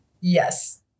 Yes